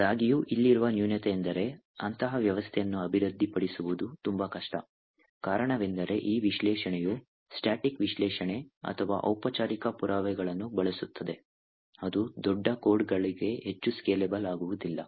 ಆದಾಗ್ಯೂ ಇಲ್ಲಿರುವ ನ್ಯೂನತೆಯೆಂದರೆ ಅಂತಹ ವ್ಯವಸ್ಥೆಯನ್ನು ಅಭಿವೃದ್ಧಿಪಡಿಸುವುದು ತುಂಬಾ ಕಷ್ಟ ಕಾರಣವೆಂದರೆ ಈ ವಿಶ್ಲೇಷಣೆಯು ಸ್ಟಾಟಿಕ್ ವಿಶ್ಲೇಷಣೆ ಅಥವಾ ಔಪಚಾರಿಕ ಪುರಾವೆಗಳನ್ನು ಬಳಸುತ್ತದೆ ಅದು ದೊಡ್ಡ ಕೋಡ್ಗಳಿಗೆ ಹೆಚ್ಚು ಸ್ಕೇಲೆಬಲ್ ಆಗುವುದಿಲ್ಲ